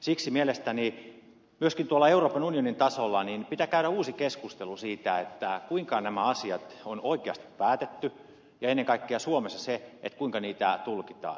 siksi mielestäni myöskin tuolla euroopan unionin tasolla pitää käydä uusi keskustelu siitä kuinka nämä asiat on oikeasti päätetty ja ennen kaikkea suomessa siitä kuinka niitä tulkitaan